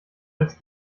als